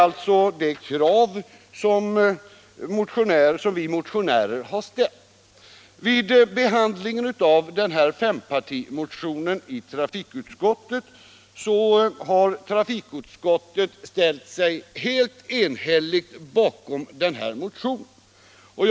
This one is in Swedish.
Vid behandlingen i trafikutskottet har utskottet ställt sig helt enigt bakom den här fempartimotionen.